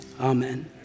Amen